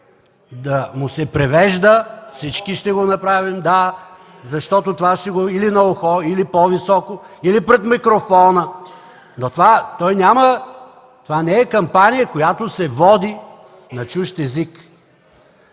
да му се превежда – всички ще го направим, или на ухо, или по-високо, или пред микрофона, но това не е кампания, която се води на чужд език.